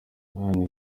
anne